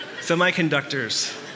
Semiconductors